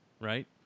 right